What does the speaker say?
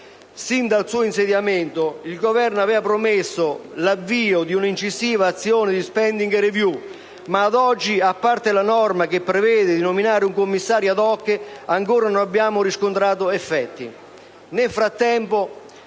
Sin dal suo insediamento il Governo aveva promesso l'avvio di un'incisiva azione di *spending review* ma, ad oggi, a parte la norma che prevede di nominare un commissario *ad hoc*, ancora non abbiamo riscontrato effetti.